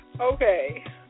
okay